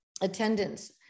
attendance